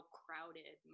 crowded